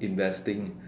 investing